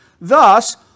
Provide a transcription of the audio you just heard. Thus